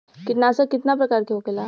कीटनाशक कितना प्रकार के होखेला?